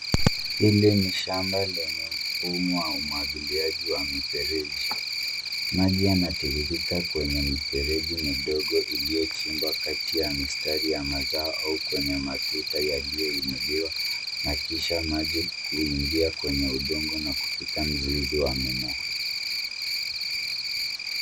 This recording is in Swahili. Hili ni shamba lenye mfumo wa umwagiliaji wa mifereji. Maji yanatiririka kwenye mifereji midogo iliyochimbwa kati ya mistari ya mazao au kwenye matuta yaliyoinuliwa na kisha maji kuingia kwenye udongo na kufika mzizi wa mimea.